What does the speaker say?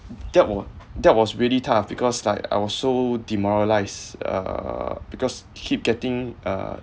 that wa~ that was really tough because like I was so demoralized uh because keep getting uh